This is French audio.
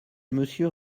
monsieur